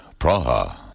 Praha